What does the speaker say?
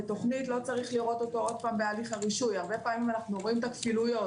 שוב, לא בגללנו אלא בגלל פערים בארנונה.